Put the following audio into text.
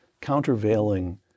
countervailing